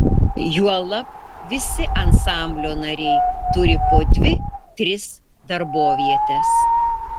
juolab visi ansamblio nariai turi po dvi tris darbovietes